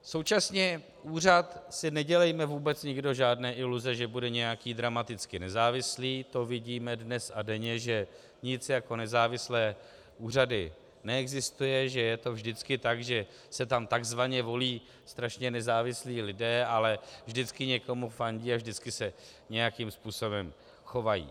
Současně úřad, nedělejme si vůbec nikdo žádné iluze, že bude nějaký dramaticky nezávislý, to vidíme dnes a denně, že nic jako nezávislé úřady neexistuje, že je to vždycky tak, že se tam tzv. volí strašně nezávislí lidé, ale vždycky někomu fandí a vždycky se nějakým způsobem chovají.